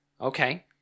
Okay